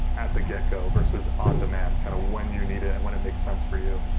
at the get go, versus on-demand, kind of when you need it and when it makes sense for you